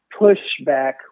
pushback